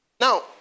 Now